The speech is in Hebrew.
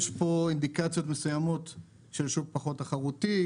פה אינדיקציות מסויימות של שוק פחות תחרותי,